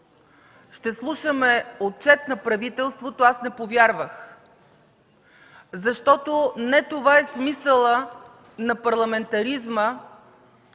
ще слушаме Отчет на правителството, аз не повярвах. Защото не това е смисълът на парламентаризма,